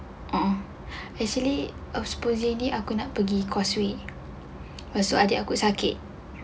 a'ah actually I supposingly aku nak pergi causeway sebab adik aku sakit